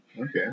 Okay